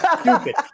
Stupid